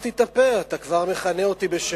עוד לא פתחתי את הפה, אתה כבר מכנה אותי בשמות?